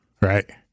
right